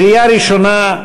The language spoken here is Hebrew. קריאה ראשונה.